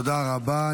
תודה רבה.